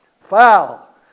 Foul